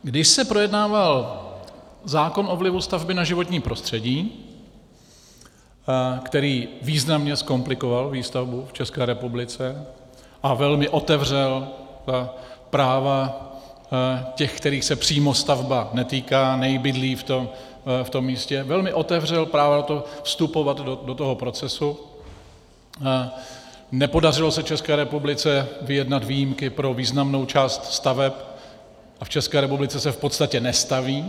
Když se projednával zákon o vlivu stavby na životní prostředí, který významně zkomplikoval výstavbu v České republice a velmi otevřel práva těch, kterých se přímo stavba netýká, nebydlí v tom místě, velmi otevřel právo vstupovat do toho procesu, nepodařilo se České republice vyjednat výjimky pro významnou část staveb a v České republice se v podstatě nestaví.